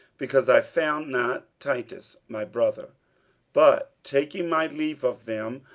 because i found not titus my brother but taking my leave of them,